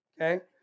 okay